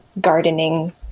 gardening